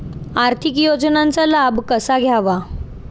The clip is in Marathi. आर्थिक योजनांचा लाभ कसा घ्यावा?